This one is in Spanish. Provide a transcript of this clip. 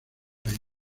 aires